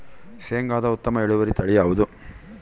ಶೇಂಗಾದ ಉತ್ತಮ ಇಳುವರಿ ತಳಿ ಯಾವುದು?